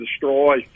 destroy